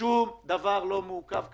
שום דבר לא מעוכב כאן,